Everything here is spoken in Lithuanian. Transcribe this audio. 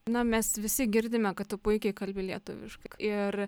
na mes visi girdime kad tu puikiai kalbi lietuviškai ir